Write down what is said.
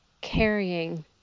carrying